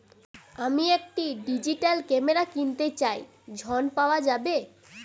আমি একটি digital camera কিনতে চাই ঝণ পাওয়া যাবে?